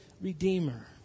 redeemer